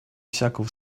всякого